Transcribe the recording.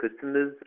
customers